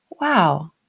wow